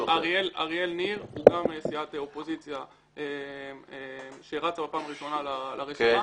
ניר הוא גם סיעת אופוזיציה שרצה בפעם הראשונה לרשימה,